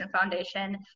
Foundation